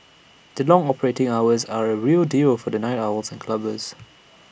their long operating hours are A real deal for the night owls and clubbers